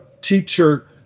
teacher